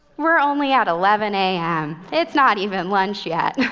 we're only at eleven a m. it's not even lunch yet.